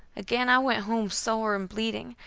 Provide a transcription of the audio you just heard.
again i went home sore and bleeding,